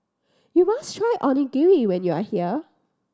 you must try Onigiri when you are here